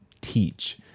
teach